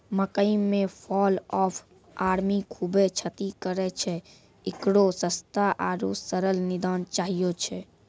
मकई मे fall of army खूबे क्षति करेय छैय, इकरो सस्ता आरु सरल निदान चाहियो छैय?